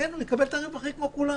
וכן הוא יקבל את הרווחים כמו כולם